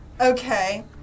Okay